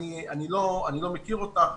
אני לא מכיר אותך,